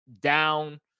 down